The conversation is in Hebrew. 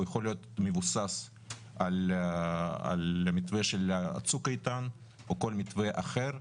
הוא יכול להיות מבוסס על המתווה של צוק איתן או כל מתווה אחר,